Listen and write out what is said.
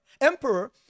emperor